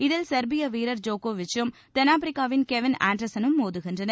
இதில் செர்பிய வீரர் ஜோக்விச்சும் தென்னாப்பிரிக்காவின் கெவின் ஆன்டர்ஸனும் மோதுகின்றனர்